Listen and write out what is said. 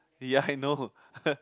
ya I know